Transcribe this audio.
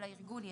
אלא ארגון יציג.